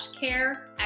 care